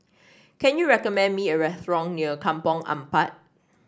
can you recommend me a restaurant near Kampong Ampat